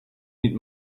need